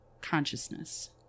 consciousness